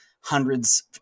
hundreds